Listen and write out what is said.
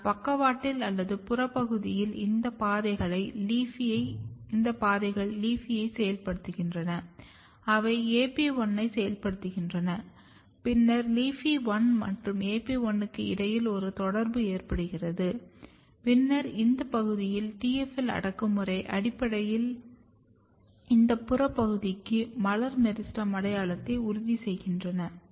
ஆனால் பக்கவாட்டில் அல்லது புறப் பகுதியில் இந்த பாதைகள் LEAFY ஐ செயல்படுத்துகின்றன அவை AP1 ஐ செயல்படுத்துகின்றன பின்னர் LEAFY1 மற்றும் AP1 க்கு இடையில் ஒரு தொடர்பு ஏற்படுகிறது பின்னர் இந்த பகுதியில் TFL அடக்குமுறை அடிப்படையில் இந்த புற பகுதிக்கு மலர் மெரிஸ்டெம் அடையாளத்தை உறுதி செய்கிறது